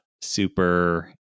super